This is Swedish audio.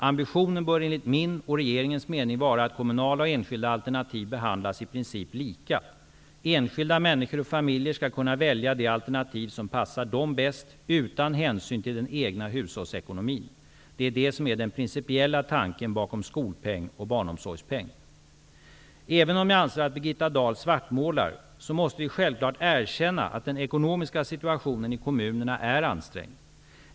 Ambitionen bör enligt min och regeringens mening vara att kommunala och enskilda alternativ behandlas i princip lika. Enskilda människor och familjer skall kunna välja det alternativ som passar dem bäst utan hänsyn till den egna hushållsekonomin. Det är det som är den principiella tanken bakom skolpeng och barnomsorgspeng. Även om jag anser att Birgitta Dahl svartmålar, så måste vi självfallet erkänna att den ekonomiska situationen i kommunerna är ansträngd.